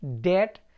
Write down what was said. debt